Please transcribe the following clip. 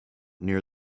near